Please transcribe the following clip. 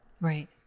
Right